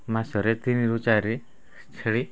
ମାସରେ ତିନିରୁ ଚାରି ଛେଳି